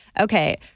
okay